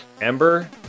Ember